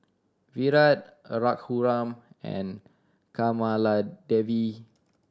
Virat Raghuram and Kamaladevi